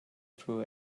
through